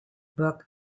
book